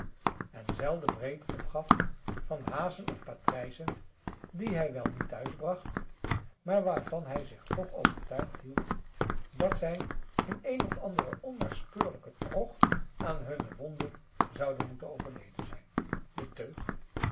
en zelden breed opgaf van hazen of patrijzen die hij wel niet thuisbracht maar waarvan hij zich toch overtuigd hield dat zij in een of andere onnaspeurlijke krocht aan hunne wonden zouden moeten overleden zijn de teug